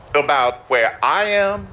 about where i am,